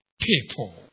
people